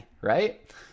right